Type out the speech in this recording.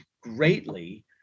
greatly